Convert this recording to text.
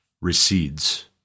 recedes